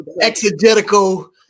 Exegetical